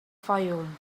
fayoum